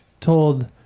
told